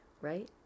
right